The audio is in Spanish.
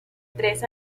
tres